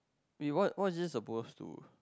eh what what is it suppose to